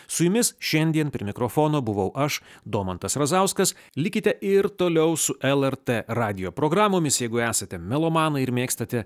su jumis šiandien prie mikrofono buvau aš domantas razauskas likite ir toliau su lrt radijo programomis jeigu esate melomanai ir mėgstate